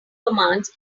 commands